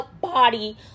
body